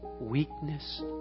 weakness